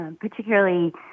particularly